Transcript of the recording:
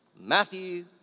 Matthew